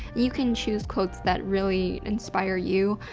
you can choose quotes that really inspire you.